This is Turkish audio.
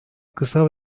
kısa